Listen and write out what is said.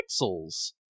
Pixels